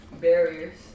Barriers